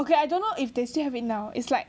okay I don't know if they still have it now is like